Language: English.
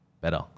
better